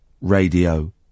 radio